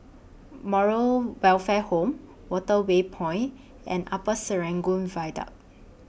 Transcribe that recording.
Moral Welfare Home Waterway Point and Upper Serangoon Viaduct